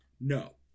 No